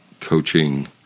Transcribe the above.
coaching